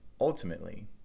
ultimately